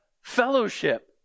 fellowship